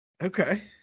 Okay